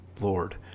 Lord